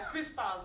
Crystals